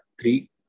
three